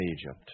Egypt